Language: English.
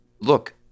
look